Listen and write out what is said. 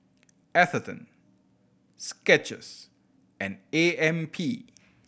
Atherton Skechers and A M P